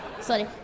Sorry